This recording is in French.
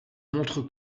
montre